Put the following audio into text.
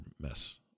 mess